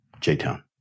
J-Town